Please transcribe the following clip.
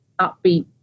upbeat